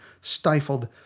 stifled